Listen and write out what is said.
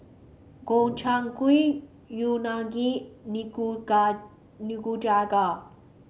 Gobchang Gui Unagi Nikujaga